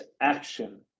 action